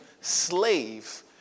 slave